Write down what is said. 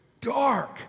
dark